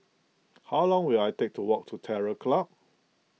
how long will it take to walk to Terror Club